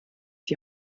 die